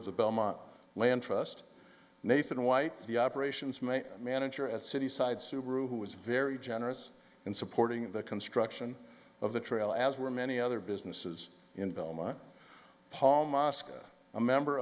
of the belmont land trust nathan white the operations my manager at city side subaru who was very generous in supporting the construction of the trail as were many other businesses in boma paul moscow a member